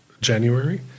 January